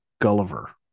Gulliver